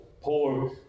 poor